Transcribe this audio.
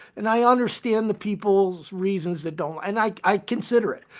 and i understand the people's reasons they don't and i i consider it.